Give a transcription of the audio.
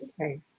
Okay